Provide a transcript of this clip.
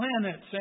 planets